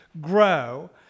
grow